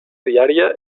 diària